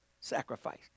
sacrifice